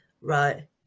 right